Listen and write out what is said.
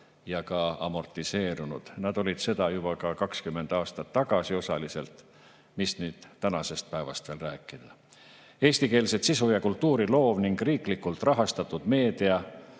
ja ka amortiseerunud. Nad olid seda osaliselt juba 20 aastat tagasi, mis siis veel tänasest päevast rääkida. Eestikeelset sisu ja kultuuri loov ning riiklikult rahastatud meedia